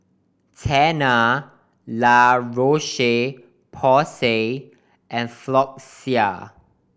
Tena La Roche Porsay and Floxia